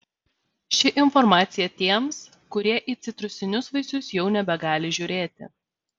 ši informacija tiems kurie į citrusinius vaisius jau nebegali žiūrėti